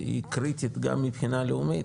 היא קריטית גם מבחינה לאומית,